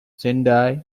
sendai